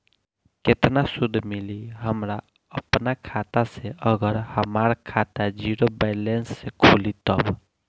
केतना सूद मिली हमरा अपना खाता से अगर हमार खाता ज़ीरो बैलेंस से खुली तब?